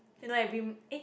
you know every m~ eh